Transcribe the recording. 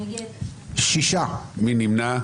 מי נמנע?